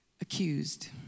Accused